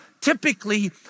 typically